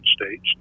States